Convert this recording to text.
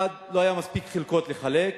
1. לא היה מספיק חלקות לחלק,